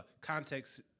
context